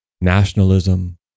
nationalism